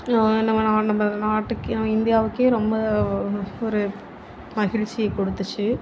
நம்ம நம்ம நாட்டுக்கே நம்ப இந்தியாவுக்கே ரொம்ப ஒரு ஒரு மகிழ்ச்சியை கொடுத்துச்சி